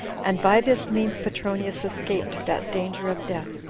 and by this means petronius escaped that danger of death,